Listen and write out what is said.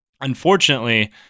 unfortunately